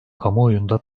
kamuoyunda